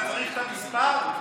אתה צריך את המספר?